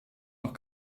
noch